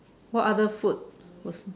what other food was